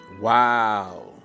wow